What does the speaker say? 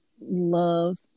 love